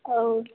ହଉ